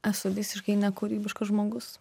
esu visiškai nekūrybiškas žmogus